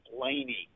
Blaney